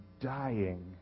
dying